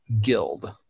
guild